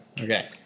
Okay